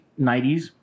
90s